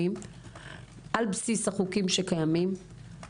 כגורמים שפועלים בתוך ירושלים אנחנו לא מקבלים תשובות.